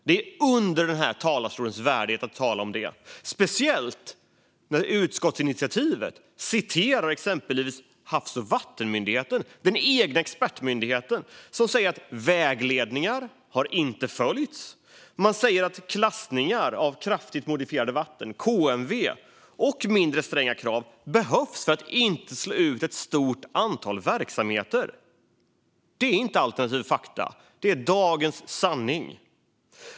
Det är under den här talarstolens värdighet att säga det, speciellt när utskottsinitiativet citerar exempelvis Havs och vattenmyndigheten, den egna expertmyndigheten, som säger att vägledningar inte har följts och att klassningar av kraftigt modifierade vatten, KMV, och mindre stränga krav behövs för att inte slå ut ett stort antal verksamheter. Det är inte alternativa fakta. Det är dagens sanning.